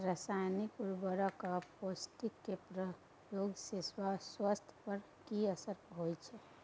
रसायनिक उर्वरक आ पेस्टिसाइड के प्रयोग से स्वास्थ्य पर कि असर होए छै?